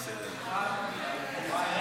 אגרות והוצאות (תיקון מס' 29) (פריסת